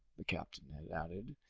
the captain had added.